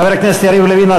חבר הכנסת יריב לוין,